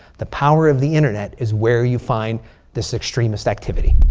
the power of the internet is where you find this extremist activity.